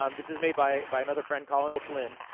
um this is made by by another friend, colin o'flynn.